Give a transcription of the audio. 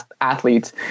athletes